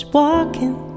walking